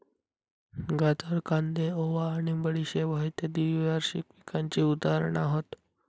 गाजर, कांदे, ओवा आणि बडीशेप हयते द्विवार्षिक पिकांची उदाहरणा हत